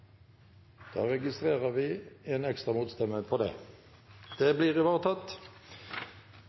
Da registrerer vi en ekstra stemme her. Det blir